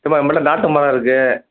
நம்மள்ட்ட நாட்டு மரம் இருக்குது